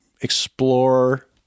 explore